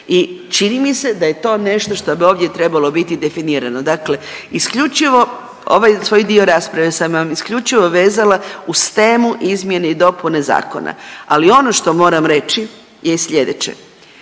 i čini mi se da je to nešto što bi ovdje trebalo biti definirano, dakle isključivo, ovaj svoj dio rasprave sam vam isključivo vezala uz temu izmjene i dopune zakona, ali ono što moram reći je slijedeće.